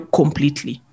completely